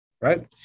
Right